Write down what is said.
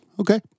Okay